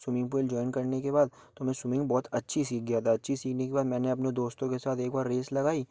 swimming pool join करने के बाद तो मैं स्विमिंग बहुत अच्छी सीख गया था अच्छी सीखने के बाद मैंने अपने दोस्तों के साथ एक बार रेस लगाई